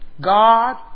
God